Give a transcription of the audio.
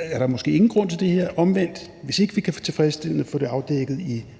er der måske ingen grund til det her. Omvendt: Hvis ikke vi kan få det afdækket